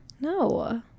No